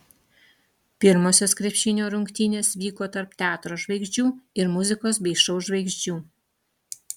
pirmosios krepšinio rungtynės vyko tarp teatro žvaigždžių ir muzikos bei šou žvaigždžių